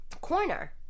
corner